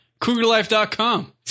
Cougarlife.com